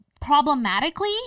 problematically